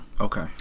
Okay